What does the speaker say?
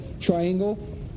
triangle